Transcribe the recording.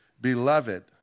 beloved